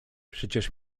przecież